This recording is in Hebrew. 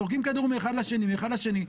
זורקים כדור מאחד לשני ומאחד לשני.